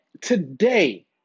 Today